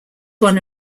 one